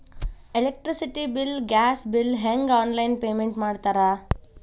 electricity bill gas bill ಹೆಂಗ online payment ಮಾಡ್ತಾರಾ